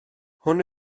hwn